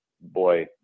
boy